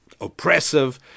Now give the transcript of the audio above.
oppressive